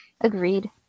agreed